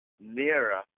nearer